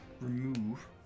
remove